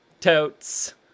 totes